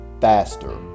faster